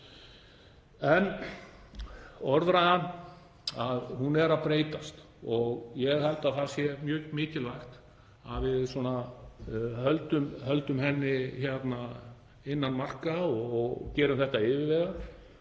En orðræðan er að breytast og ég held að það sé mjög mikilvægt að við höldum henni innan marka og gerum þetta yfirvegað.